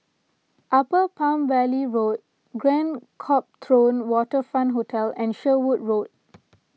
Upper Palm Valley Road Grand Copthorne Waterfront Hotel and Sherwood Road